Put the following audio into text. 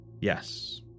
Yes